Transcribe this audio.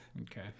Okay